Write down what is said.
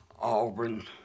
Auburn